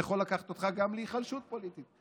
יכול לקחת אותך גם להיחלשות פוליטית,